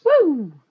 Woo